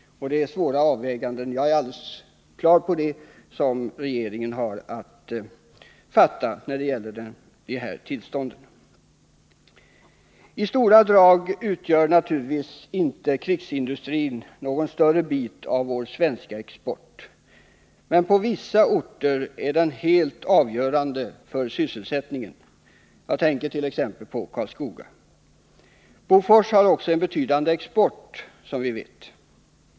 Det är alltså svåra avgöranden som regeringen har att fatta — det är jag på det klara med. I stort sett utgör krigsindustrins produkter naturligtvis inte någon större del av vår svenska export. Men på vissa orter är krigsindustrin helt avgörande för sysselsättningen — jag tänker t.ex. på Karlskoga. Också Bofors har som vi vet en betydande export.